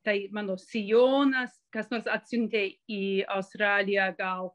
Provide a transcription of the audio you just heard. tai mano sijonas kas nors atsiuntė į australiją gal